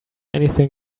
anything